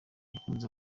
nakuze